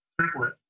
triplet